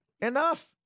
Enough